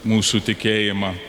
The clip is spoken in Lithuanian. mūsų tikėjimą